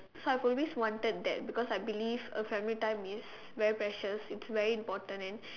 so I've always wanted that because I believe a family time is very precious it's very important and